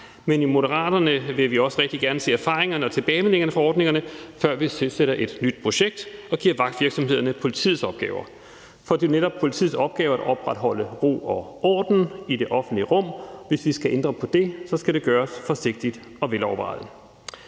Men i Moderaterne vil vi også rigtig gerne se erfaringerne og tilbagemeldingerne fra ordningerne, før vi søsætter et nyt projekt og giver vagtvirksomhederne politiets opgaver. For det er netop politiets opgaver og opretholde ro og orden i det offentlige rum, og hvis vi skal ændre på det, skal det gøres forsigtigt og velovervejet.